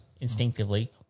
instinctively